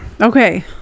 Okay